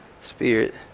spirit